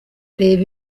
reba